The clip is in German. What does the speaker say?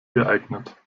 geeignet